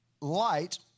light